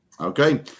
Okay